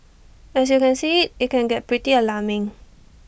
as you can see IT can get pretty alarming